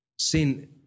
sin